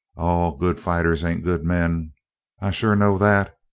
all good fighters ain't good men i sure know that.